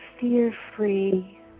fear-free